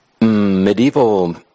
medieval